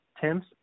Tim's